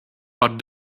but